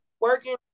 working